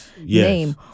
name